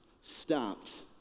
stopped